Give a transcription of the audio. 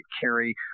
carry